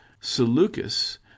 seleucus